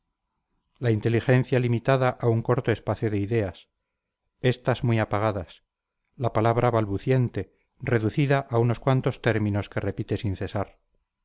la inteligencia limitada a un corto espacio de ideas estas muy apagadas la palabra balbuciente reducida a unos cuantos términos que repite sin cesar